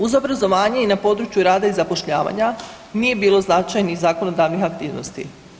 Uz obrazovanje, i na području rada i zapošljavanja nije bilo značajnih zakonodavnih aktivnosti.